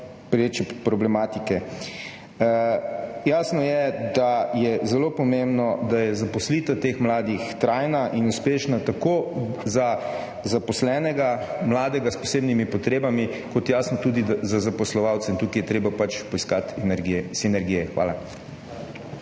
pereče problematike. Jasno je, da je zelo pomembno, da je zaposlitev teh mladih trajna in uspešna tako za zaposlenega mladega s posebnimi potrebami kot jasno tudi za zaposlovalce. Tukaj je treba pač poiskati sinergije. Hvala.